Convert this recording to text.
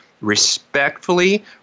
Respectfully